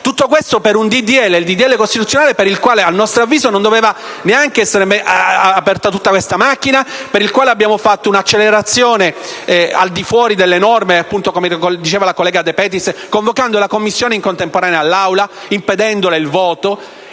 Tutto questo per un disegno di legge, quello costituzionale, per il quale a nostro avviso non doveva nemmeno essere avviata tutta questa macchina, e per il quale abbiamo fatto un'accelerazione al di fuori delle norme, come diceva la collega De Petris, convocando la Commissione in contemporanea all'Aula, impedendole il voto.